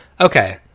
Okay